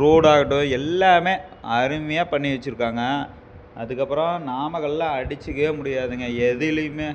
ரோடாககட்டும் எல்லாமே அருமையாக பண்ணி வச்சிருக்காங்க அதற்கப்பறம் நாமக்கலில் அடிச்சிக்கவே முடியாதுங்க எதுலையுமே